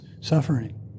suffering